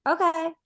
okay